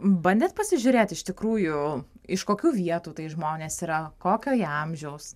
bandėt pasižiūrėt iš tikrųjų iš kokių vietų tai žmonės yra kokio jie amžiaus